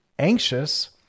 Anxious